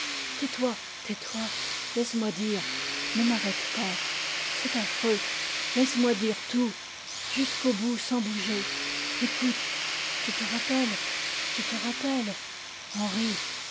tais-toi tais-toi laisse-moi dire ne m'arrête pas c'est affreux laisse-moi dire tout jusqu'au bout sans bouger ecoute tu te rappelles tu te rappelles